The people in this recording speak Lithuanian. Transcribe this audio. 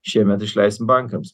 šiemet išleisim bankams